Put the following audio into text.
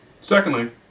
Secondly